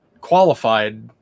qualified